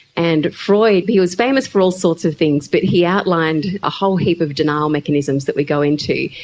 and freud, he was famous for all sorts of things, but he outlined a whole heap of denial mechanisms that we go into,